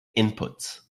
inputs